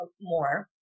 more